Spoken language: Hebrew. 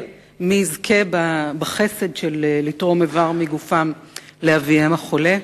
בחסד לתרום איבר מגופו לאביהם החולה.